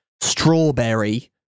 Strawberry